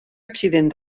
accident